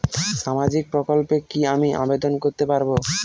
সামাজিক প্রকল্পে কি আমি আবেদন করতে পারবো?